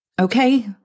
okay